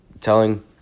telling